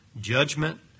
judgment